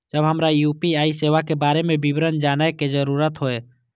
जब हमरा यू.पी.आई सेवा के बारे में विवरण जानय के जरुरत होय?